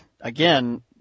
again